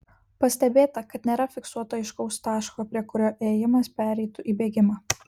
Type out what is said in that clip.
pastebėta kad nėra fiksuoto aiškaus taško prie kurio ėjimas pereitų į bėgimą